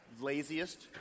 Laziest